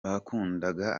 bakundaga